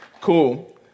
cool